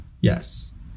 Yes